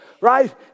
Right